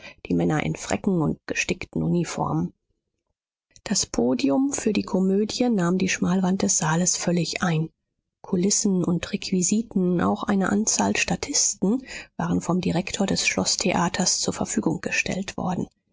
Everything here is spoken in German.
die männer in fräcken und gestickten uniformen das podium für die komödie nahm die schmalwand des saales völlig ein kulissen und requisiten auch eine anzahl statisten waren vom direktor des schloßtheaters zur verfügung gestellt worden